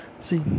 See